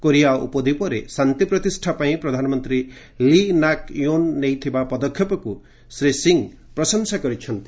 Korea ଉପଦ୍ୱୀପରେ ଶାନ୍ତି ପ୍ରତିଷ୍ଠା ପାଇଁ ପ୍ରଧାନମନ୍ତ୍ରୀ ଲି ନାକ୍ ୟୋ ନେଇଥିବା ପଦକ୍ଷେପକୁ ଶ୍ରୀ ସିଂ ପ୍ରଶଂସା କରିଛନ୍ତି